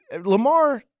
Lamar